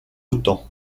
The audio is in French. autant